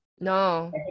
no